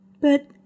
But